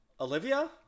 Olivia